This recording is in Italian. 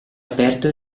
aperto